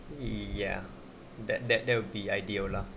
ya that that that will be ideal lah